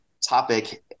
topic